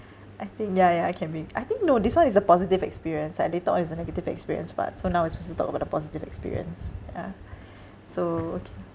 I think ya ya it can be I think no this one is a positive experience like later on is a negative experience but so now I supposed to talk about the positive experience yeah so okay